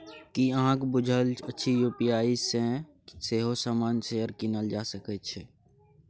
की अहाँक बुझल अछि यू.पी.आई सँ सेहो सामान्य शेयर कीनल जा सकैत छै?